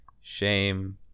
Shame